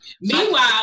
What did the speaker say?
Meanwhile